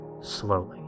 slowly